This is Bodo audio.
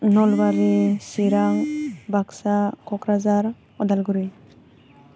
नलबारि चिरां बाक्सा क'क्राझार अदालगुरि